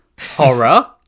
horror